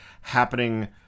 happening